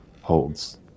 holds